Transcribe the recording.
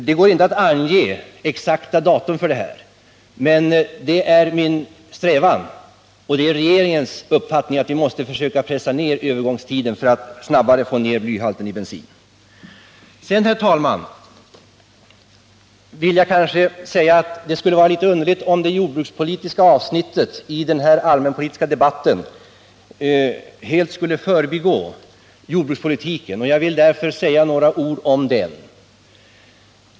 Det går inte att ange något exakt datum för detta, men det är min och regeringens strävan att försöka förkorta övergångstiden så att vi tidigare än planerat kan minska blyhalten i bensin. Herr talman! Det skulle kanske vara litet underligt om vi i samband med det jordbrukspolitiska avsnittet i den allmänpolitiska debatten helt förbigick jordbrukspolitiken. Jag vill därför säga några ord om den.